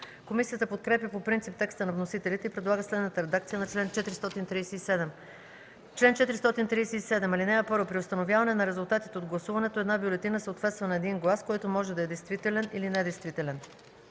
Комисията подкрепя по принцип текста на вносителите и предлага следната редакция на чл. 437: „Чл. 437. (1) При установяване на резултатите от гласуването една бюлетина съответства на един глас, който може да е действителен или недействителен.